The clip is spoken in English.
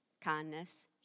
kindness